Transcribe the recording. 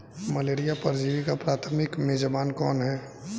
Malaria परजीवी का प्राथमिक मेजबान कौन है?